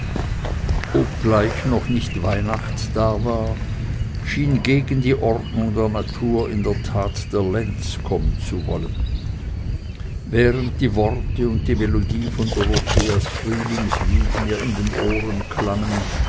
obgleich noch nicht weihnacht da war schien gegen die ordnung der natur in der tat der lenz kommen zu wollen während die worte und die melodie von dorotheas frühlingslied mir in den ohren klangen